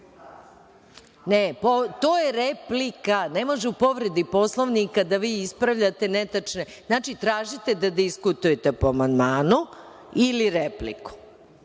To je replika, ne može u povredi Poslovnika da vi ispravljate netačne podatke, znači, tražite da diskutujete o amandmanu ili repliku.